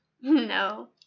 No